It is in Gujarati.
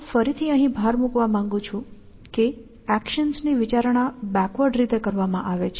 હું ફરીથી ભાર મૂકવા માંગુ છું કે એક્શન્સની વિચારણા બેકવર્ડ રીતે કરવામાં આવે છે